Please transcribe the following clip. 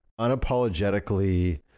unapologetically